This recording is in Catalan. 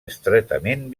estretament